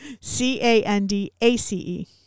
C-A-N-D-A-C-E